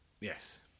Yes